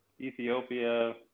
Ethiopia